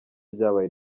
ryabaye